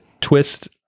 twist